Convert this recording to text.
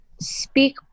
speak